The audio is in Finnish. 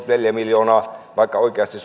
miljoonaa vaikka oikeasti